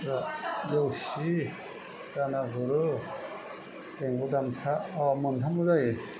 दा देवसि जानागुरु रेनबु गामसा अ मोनथामल' जायो